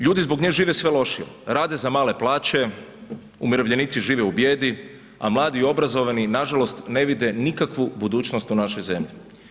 Ljudi zbog nje žive sve lošije, rade za male plaće, umirovljenici žive u bijedi a mladi i obrazovani nažalost ne vide nikakvu budućnost u našoj zemlji.